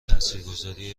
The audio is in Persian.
تاثیرگذاری